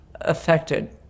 affected